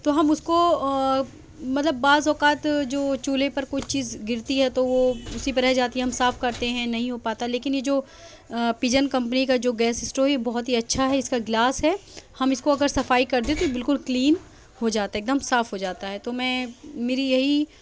تو ہم اس کو مطلب بعض اوقات جو چولہے پر کوئی چیز گرتی ہے تو وہ اسی پہ رہ جاتی ہے ہم صاف کرتے ہیں نہیں ہو پاتا لیکن یہ جو پجن کمپنی کا جو گیس اسٹو ہے یہ بہت ہی اچھا ہے اس کا گلاس ہے ہم اس کو اگر صفائی کر دیں تو بالکل کلین ہو جاتا ہے ایک دم صاف ہو جاتا ہے تو میں میری یہی